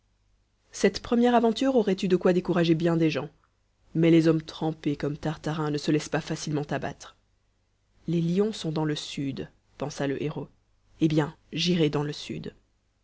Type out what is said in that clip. cette première aventure aurait eu de quoi décourager bien des gens mais les hommes trempés comme tartarin ne se laissent pas facilement abattre les lions sont dans le sud pensa le héros eh bien j'irai dans le sud